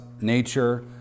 nature